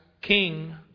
king